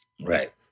Right